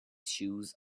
shoes